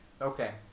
Okay